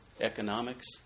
economics